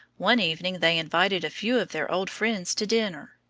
one evening they invited a few of their old friends to dinner,